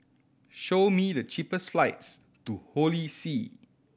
show me the cheapest flights to Holy See